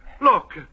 look